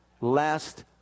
Last